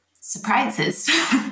surprises